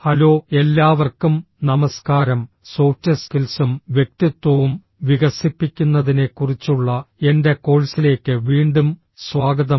hello എല്ലാവർക്കും നമസ്കാരം soft സ്കിൽസും വ്യക്തിത്വവും വികസിപ്പിക്കുന്നതിനെക്കുറിച്ചുള്ള എന്റെ കോഴ്സിലേക്ക് വീണ്ടും സ്വാഗതം